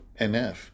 NF